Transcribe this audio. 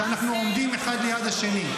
שאנחנו עומדים אחד ליד השני.